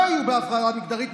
לא יהיו בהפרדה מגדרית,